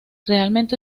realmente